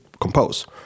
compose